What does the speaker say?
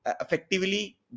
effectively